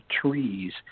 trees